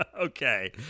Okay